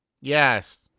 Yes